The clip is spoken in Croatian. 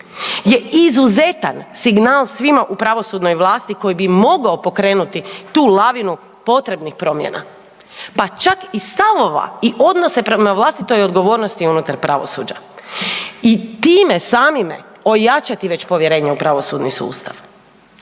je izuzetan signal svima u pravosudnoj vlasti koji bi mogao pokrenuti tu lavinu potrebnih promjena, pa čak i stavova i odnose prema vlastitoj odgovornosti unutar pravosuđa. I time samime ojačati već povjerenje u pravosudni sustav.